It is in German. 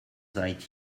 seit